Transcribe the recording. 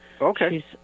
Okay